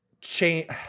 change